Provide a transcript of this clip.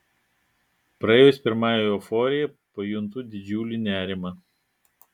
praėjus pirmajai euforijai pajuntu didžiulį nerimą